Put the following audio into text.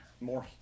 more